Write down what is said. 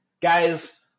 guys